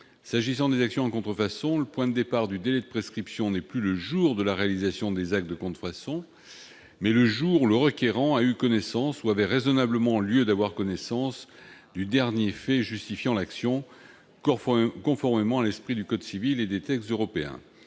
S'agissant des actions en contrefaçon, le point de départ du délai de prescription serait non plus le jour de la réalisation des actes de contrefaçon, mais celui où le requérant a eu connaissance, ou avait raisonnablement lieu d'avoir connaissance, du dernier fait justifiant l'action, conformément à l'esprit du code civil et des textes européens.